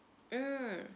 mm